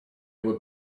его